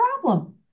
problem